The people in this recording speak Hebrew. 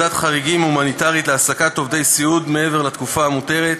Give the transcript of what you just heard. ועדת חריגים הומניטרית להעסקת עובדי סיעוד מעבר לתקופה המותרת),